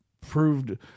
proved